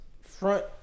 front